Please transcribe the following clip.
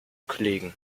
kollegen